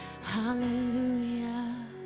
Hallelujah